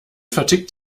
vertickt